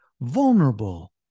vulnerable